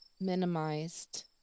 minimized